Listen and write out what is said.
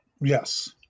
Yes